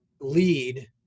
lead